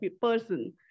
person